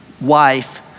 wife